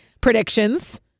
predictions